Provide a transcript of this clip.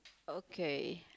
okay